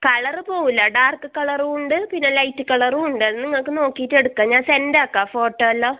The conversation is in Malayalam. കളറ് പോവൂല ഡാർക്ക് കളറും ഉണ്ട് പിന്നെ ലൈറ്റ് കളറും ഉണ്ട് നിങ്ങൾക്ക് നോക്കീറ്റ് എടുക്കാം ഞാൻ സെൻഡാക്കാ ഫോട്ടോ എല്ലാം